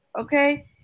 Okay